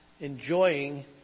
enjoying